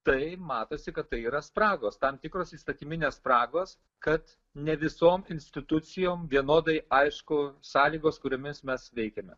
tai matosi kad tai yra spragos tam tikros įstatyminės spragos kad ne visom institucijom vienodai aišku sąlygos kuriomis mes veikiame